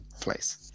place